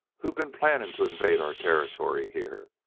who've been planning to invade our territory here.